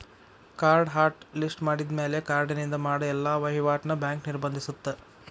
ಕಾರ್ಡ್ನ hot list ಮಾಡಿದ್ಮ್ಯಾಲೆ ಕಾರ್ಡಿನಿಂದ ಮಾಡ ಎಲ್ಲಾ ವಹಿವಾಟ್ನ ಬ್ಯಾಂಕ್ ನಿರ್ಬಂಧಿಸತ್ತ